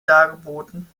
dargeboten